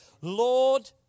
Lord